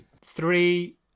three